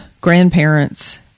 grandparents